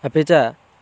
अपि च